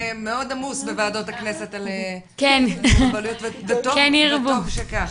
מאוד עמוס בוועדות הכנסת וטוב שכך,